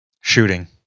Shooting